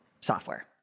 software